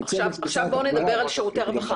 טוב, עכשיו בואו נדבר על שירותי הרווחה.